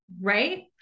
Right